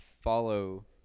follow